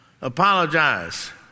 Apologize